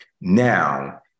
Now